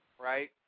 right